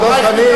דב חנין,